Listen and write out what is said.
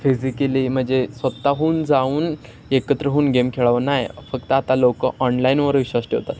physically म्हणजे स्वत हून जाऊन एकत्र होऊन गेम खेळाव नाही फक्त आता लोक ऑनलाईनवर विश्वास ठेवतात